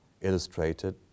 illustrated